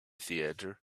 theatre